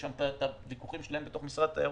יש שם ויכוחים בתוך משרד התיירות,